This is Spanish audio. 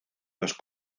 los